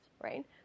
right